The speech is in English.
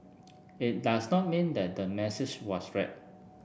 it does not mean that the message was read